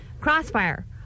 Crossfire